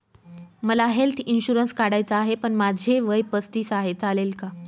मला health insurance काढायचा आहे पण माझे वय पस्तीस आहे, चालेल का?